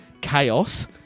chaos